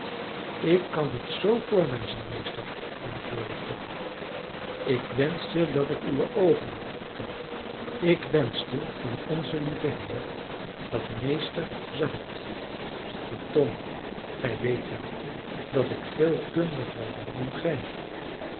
ik kan het zoo voor mij zien meester antwoordde tom ik wenschte dat ik uwe oogen had tom ik wenschte van onzen lieven heer dat meester ze had maar tom gij weet wel dat ik veel kundiger ben dan gij